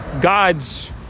God's